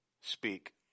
speak